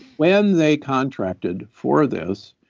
when they contracted for this,